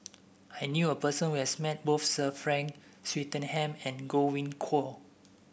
I knew a person who has met both Sir Frank Swettenham and Godwin Koay